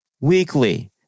weekly